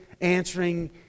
answering